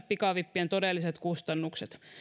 pikavippien todelliset kustannukset